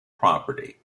property